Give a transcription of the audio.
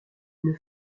une